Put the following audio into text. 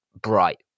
bright